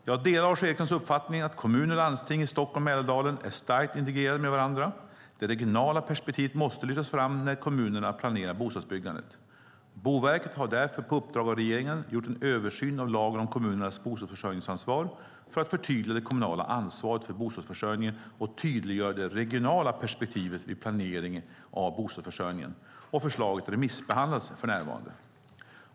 Jag delar Lars Erikssons uppfattning att kommuner och landsting i Stockholm-Mälardalen är starkt integrerade med varandra. Det regionala perspektivet måste lyftas fram när kommunerna planerar bostadsbyggandet. Boverket har därför, på uppdrag av regeringen, gjort en översyn av lagen om kommunernas bostadsförsörjningsansvar för att förtydliga det kommunala ansvaret för bostadsförsörjningen och tydliggöra det regionala perspektivet vid planering av bostadsförsörjningen. Förslaget remissbehandlas för närvarande.